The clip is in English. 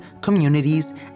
communities